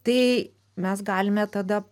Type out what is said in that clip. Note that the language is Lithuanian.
tai mes galime tada